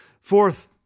Fourth